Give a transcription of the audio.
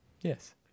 Yes